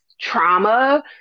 trauma